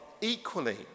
equally